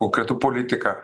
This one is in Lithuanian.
o kartu politiką